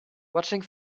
watching